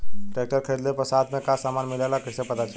Tractor खरीदले पर साथ में का समान मिलेला कईसे पता चली?